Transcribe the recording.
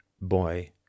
boy